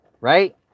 Right